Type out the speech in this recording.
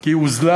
כי היא הוזלה,